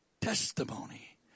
testimony